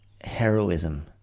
heroism